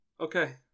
Okay